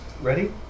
Ready